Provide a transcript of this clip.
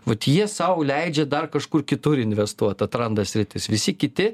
vat jie sau leidžia dar kažkur kitur investuot atranda sritis visi kiti